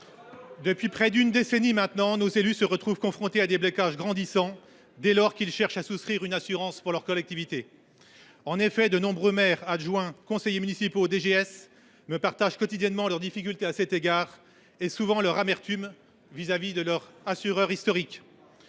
Depuis près d’une décennie maintenant, nos élus se retrouvent confrontés à des blocages grandissants dès lors qu’ils cherchent à souscrire une assurance pour leur collectivité. C’est vrai ! En effet, de nombreux maires, adjoints, conseillers municipaux, directeurs généraux des services (DGS) me font quotidiennement part de leurs difficultés à cet égard et, souvent, de leur amertume vis à vis de leur assureur historique.